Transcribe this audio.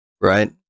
Right